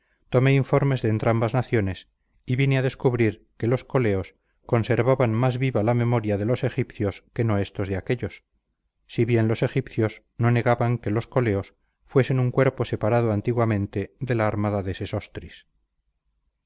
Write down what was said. tomé informes de entrambas naciones y vine a descubrir que los coleos conservaban más viva la memoria de los egipcios que no éstos de aquellos si bien los egipcios no negaban que los coleos fuesen un cuerpo separado antiguamente de la armada de sesostris dio